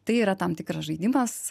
tai yra tam tikras žaidimas